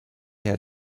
had